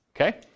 Okay